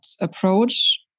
approach